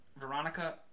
Veronica